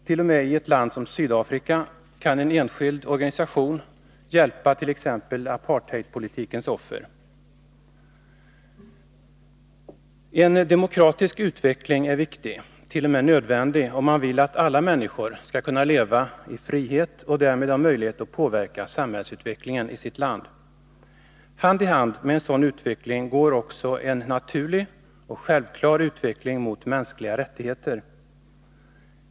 T. o. m. i ett land som Sydafrika kan en enskild organisation hjälpa apartheidpolitikens offer. En demokratisk utveckling är viktig, t.o.m. nödvändig, om man vill att alla människor skall kunna leva i frihet och därmed ha möjlighet att påverka samhällsutvecklingen i sitt land. Hand i hand med en sådan utveckling går också en naturlig och självklar utveckling mot mänskliga rättigheter.